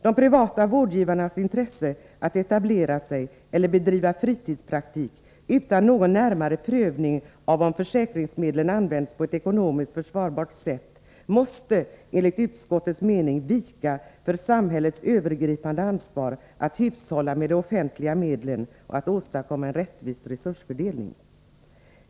De privata vårdgivarnas intresse att etablera sig eller bedriva fritidspraktik utan någon närmare prövning av om försäkringsmedlen används på ett ekonomiskt försvarbart sätt måste enligt utskottets mening vika för samhällets övergripande ansvar att hushålla med de offentliga medlen och åstadkomma en rättvis resursfördelning.